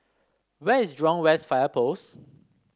where is Jurong West Fire Post